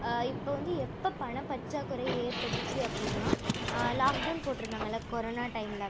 இப்போ வந்து எப்போ பண பற்றாக்குறை ஏற்பட்டுச்சு அப்படினா லாக்டவுன் போட்டுருந்தாங்கள கொரோனா டைமில்